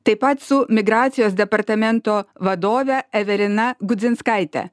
taip pat su migracijos departamento vadove evelina gudzinskaite